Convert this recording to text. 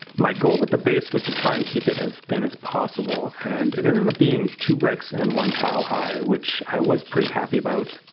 my goal with the base was to try and keep it as thin as possible and it ended up being two bricks and one tile high, which i was pretty happy about.